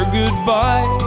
goodbye